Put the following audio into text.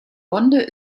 bonde